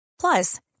plus